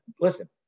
listen